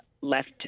left